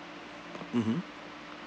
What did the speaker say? mmhmm